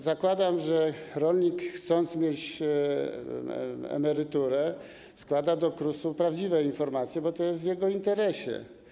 Zakładam, że rolnik, chcąc mieć emeryturę, składa do KRUS-u prawdziwe informacje, bo to jest w jego interesie.